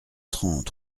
trente